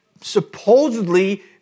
supposedly